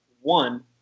one